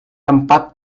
tempat